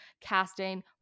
casting